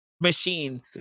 machine